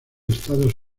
estados